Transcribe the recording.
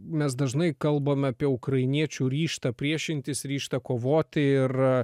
mes dažnai kalbame apie ukrainiečių ryžtą priešintis ryžtą kovoti ir